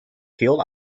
teal